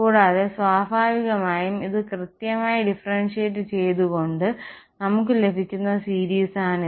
കൂടാതെ സ്വാഭാവികമായും ഇത് കൃത്യമായി ഡിഫറന്സിയേറ്റ് ചെയ്തുകൊണ്ട് നമുക്ക് ലഭിക്കുന്ന സീരീസാണിത്